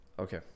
Okay